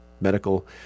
medical